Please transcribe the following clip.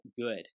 good